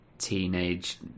teenage